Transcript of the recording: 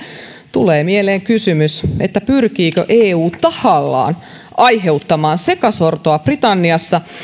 tulee mieleen kysymys pyrkiikö eu tahallaan aiheuttamaan sekasortoa britanniassa